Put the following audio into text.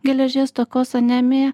geležies stokos anemiją